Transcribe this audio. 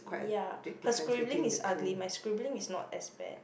ya her scribbling is ugly my scribbling is not as bad